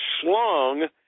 slung